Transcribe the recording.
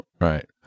right